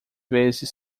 vezes